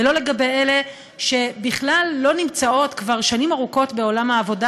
ולא לגבי אלה שבכלל לא נמצאות כבר שנים ארוכות בעולם העבודה,